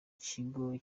kigo